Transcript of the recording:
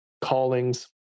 Callings